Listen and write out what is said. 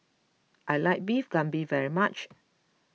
I like Beef Galbi very much